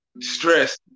Stress